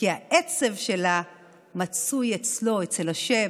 כי העצב שלה מצוי אצלו, אצל ה',